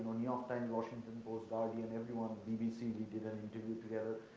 ah new york times, washington post, guardian, everyone. in bbc we did an interview together.